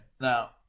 now